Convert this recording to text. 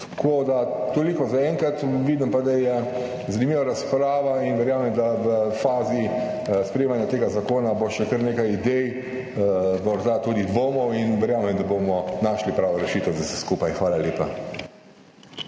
Toliko zaenkrat. Vidim pa, da je zanimiva razprava in verjamem, da bo v fazi sprejemanja tega zakona še kar nekaj idej, morda tudi dvomov, in verjamem, da bomo našli pravo rešitev za vse skupaj. Hvala lepa.